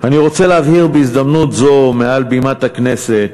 אני רוצה להבהיר בהזדמנות זו מעל בימת הכנסת: